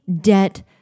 debt